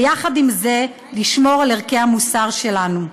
ויחד עם זה לשמור על ערכי המוסר שלנו.